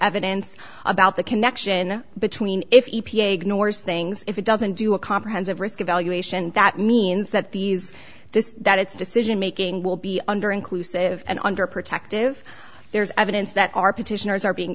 evidence about the connection between north things if it doesn't do a comprehensive risk evaluation that means that these does that its decision making will be under inclusive and under protective there's evidence that our petitioners are being